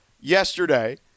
yesterday